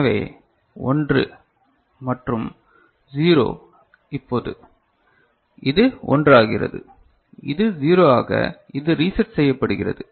எனவே 1 மற்றும் 0 இப்போது இது 1 ஆகிறது இது 0 ஆக இது ரீஸட் செய்யப்படுகிறது